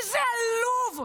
איזה עלוב.